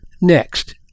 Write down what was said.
Next